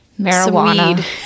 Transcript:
Marijuana